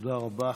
תודה רבה.